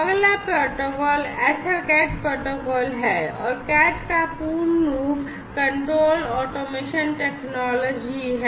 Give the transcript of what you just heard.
अगला protocol EtherCAT protocol है और CAT का पूर्ण रूप कंट्रोल ऑटोमेशन टेक्नोलॉजी है